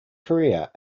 career